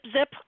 zip